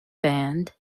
band